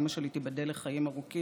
אימא שלי תיבדל לחיים ארוכים,